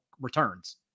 returns